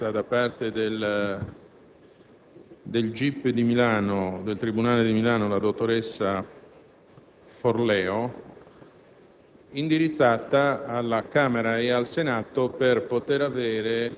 ho appreso dell'emissione di una ordinanza da parte del GIP del tribunale di Milano, la dottoressa Forleo,